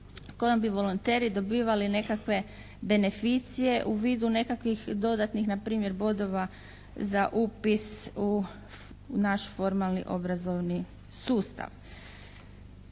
kojom bi volonteri dobivali nekakve beneficije u vidu nekakvih dodatnih npr. bodova za upis u naš formalni obrazovni sustav.